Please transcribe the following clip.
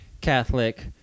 catholic